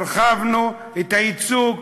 הרחבנו את הייצוג,